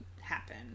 happen